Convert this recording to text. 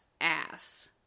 ass